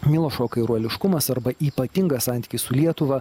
milošo kairuoliškumas arba ypatingas santykis su lietuva